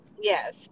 Yes